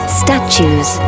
statues